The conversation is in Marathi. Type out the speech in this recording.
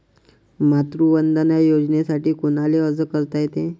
मातृवंदना योजनेसाठी कोनाले अर्ज करता येते?